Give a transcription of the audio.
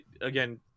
Again